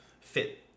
fit